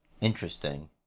Interesting